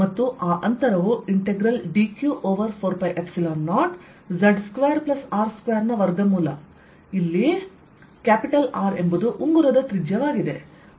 ಮತ್ತು ಆ ಅಂತರವು ಇಂಟೆಗ್ರಲ್ dq ಓವರ್ 4π0 z2R2ನ ವರ್ಗಮೂಲ ಇಲ್ಲಿ Rಎಂಬುದು ಉಂಗುರದ ತ್ರಿಜ್ಯವಾಗಿದೆ